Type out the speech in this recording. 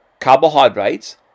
carbohydrates